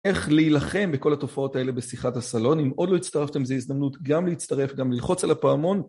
איך להילחם בכל התופעות האלה בשיחת הסלון, אם עוד לא הצטרפתם זו הזדמנות גם להצטרף, גם ללחוץ על הפעמון.